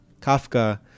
Kafka